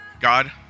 God